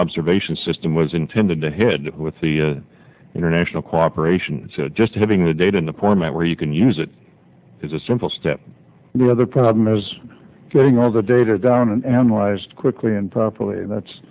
observation system was intended to head with the international cooperation just having the data in the point where you can use it is a simple step the other problem is getting all the data done and lies quickly and properly that's